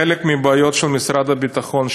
חלק מהבעיות של משרד הביטחון,